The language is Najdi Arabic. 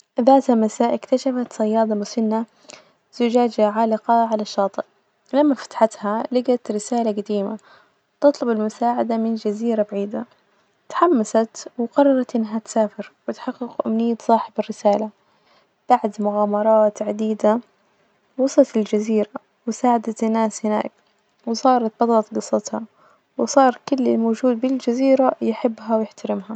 ذات مساء إكتشفت صيادة مسنة زجاجة عالقة على الشاطئ، لما فتحتها لجت رسالة جديمة تطلب المساعدة من جزيرة بعيدة، تحمست وقررت إنها تسافر وتحقق أمنية صاحب الرسالة، بعد مغامرات عديدة وصلت الجزيرة وساعدت الناس هناك، وصارت بدأت جصتها، وصار كل اللي موجود بالجزيرة يحبها ويحترمها.